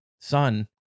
Son